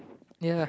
ya